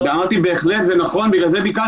בפסקה